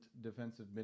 defensive